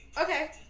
Okay